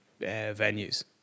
venues